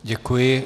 Děkuji.